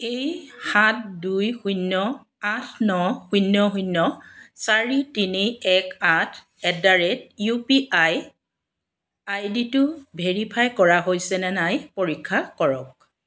এই সাত দুই শূন্য আঠ ন শূন্য শূন্য চাৰি তিনি এক আঠ at the rate U P I আইডিটো ভেৰিফাই কৰা হৈছেনে নাই পৰীক্ষা কৰক